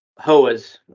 hoas